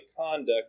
conduct